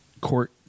Court